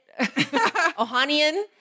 Ohanian